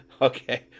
okay